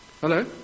Hello